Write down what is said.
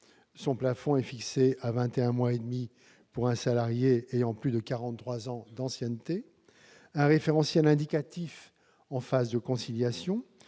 son plafond est fixé à vingt et un mois et demi pour un salarié ayant plus de quarante-trois ans d'ancienneté. Un référentiel indicatif en phase de conciliation